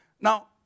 Now